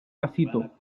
pasito